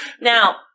Now